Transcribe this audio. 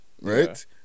Right